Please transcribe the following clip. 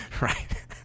right